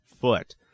foot